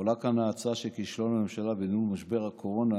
עולה כאן ההצעה של כישלון הממשלה בניהול משבר הקורונה